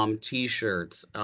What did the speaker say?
T-shirts